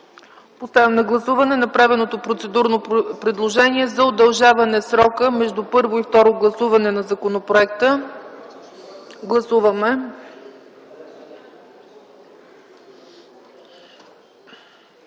Подлагам на гласуване направеното процедурно предложение за удължаване на срока между първо и второ гласуване на законопроекта. Гласували